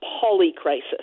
poly-crisis